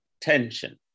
tension